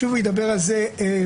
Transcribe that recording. שוב ידבר על זה אווקה,